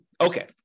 Okay